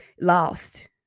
lost